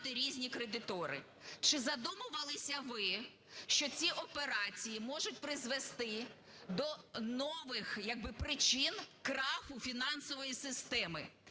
Дякую